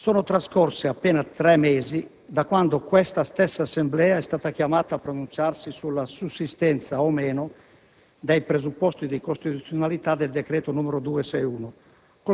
sono trascorsi appena tre mesi da quando questa stessa Assemblea è stata chiamata a pronunciarsi sulla sussistenza o meno dei presupposti di costituzionalità del decreto n. 261,